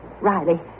Riley